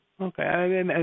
Okay